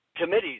committees